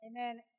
Amen